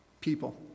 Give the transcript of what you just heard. people